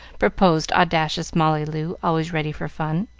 proposed audacious molly loo, always ready for fun.